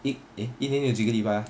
一 eh 一年有几个礼拜 ah